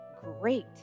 Great